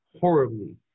horribly